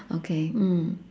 okay mm